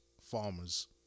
farmers